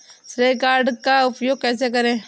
श्रेय कार्ड का उपयोग कैसे करें?